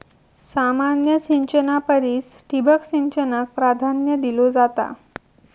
सामान्य सिंचना परिस ठिबक सिंचनाक प्राधान्य दिलो जाता